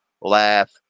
laugh